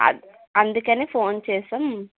అందుకని ఫోన్ చేశాం